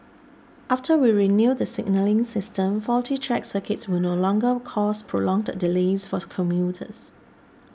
after we renew the signalling system faulty track circuits will no longer cause prolonged delays force commuters